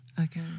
Okay